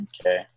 Okay